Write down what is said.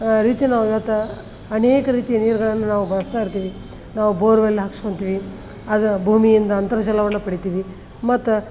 ರೀತಿ ನಾವು ಇವತ್ತು ಅನೇಕ ರೀತಿಯ ನೀರ್ಗಳನ್ನು ನಾವು ಬಳಸ್ತಾ ಇರ್ತೀವಿ ನಾವು ಬೋರ್ವೆಲ್ ಹಾಕ್ಸ್ಕೊಂತೀವಿ ಅದು ಭೂಮಿಯಿಂದ ಅಂತರ್ಜಲವನ್ನು ಪಡೀತೀವಿ ಮತ್ತು